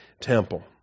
temple